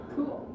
Cool